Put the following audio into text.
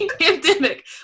pandemic